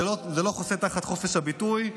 זה לא חוסה תחת חופש הביטוי.